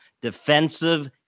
defensive